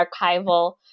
archival